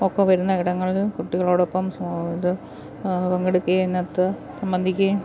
ഒക്കെ വരുന്ന ഇടങ്ങളിൽ കുട്ടികളോടൊപ്പം ഇത് പങ്കെടുക്കുകയും അതിനകത്ത് സംബന്ധിക്കുകയും